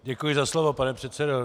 Děkuji za slovo, pane předsedo.